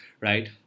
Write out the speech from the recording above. right